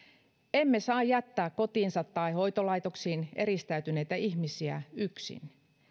emme saa jättää kotiinsa tai hoitolaitoksiin eristäytyneitä ihmisiä yksin